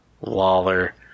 lawler